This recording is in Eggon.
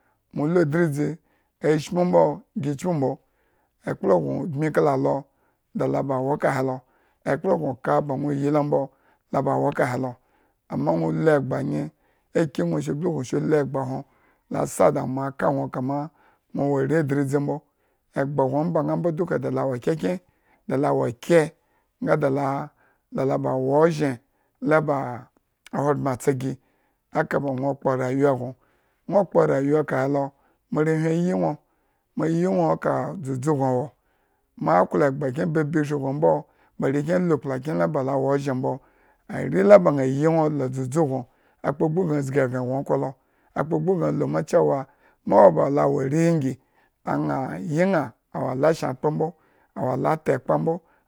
ashmu mbo gi chpi mbo, ekla gno mbye kala alo da ala aba wo ekahe lo, ama nwo lu egba anye, aki nwo su blukun su lu egba nhwo la sa da ma aka kama nwo wo are adridzi mbo, egba gno ombañaa mbo duka da wo kyekkyen, da la wo kye ngada la aba awo ozhen nga ba a ahogbren atsa gi eka ba nwo kpo rayuwa gi, nwo kpo rayuwa ekahelo morewhi ayi nwo, ma yi nwo eka dzudzu gno wo, ma klo egba kyi babi eshri gno mbo ba arekyen alu ekpla kyen ba lo wo nozhen mbo, are la ba ña yi nwo la dzudzu gno akpo gbu ba zgi eghren gno okhro lo akpo gbu ba ña lu cewa,